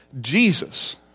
jesus